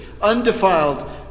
undefiled